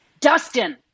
Dustin